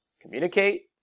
communicate